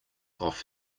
off